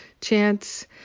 chance